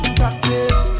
practice